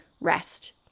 rest